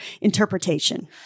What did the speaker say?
interpretation